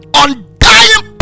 undying